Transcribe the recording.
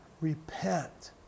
repent